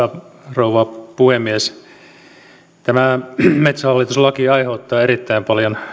rouva puhemies tämä metsähallitus laki aiheuttaa erittäin paljon